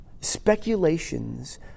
Speculations